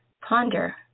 ponder